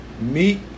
meet